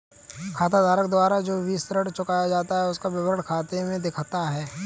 खाताधारक द्वारा जो भी ऋण चुकाया जाता है उसका विवरण खाते में दिखता है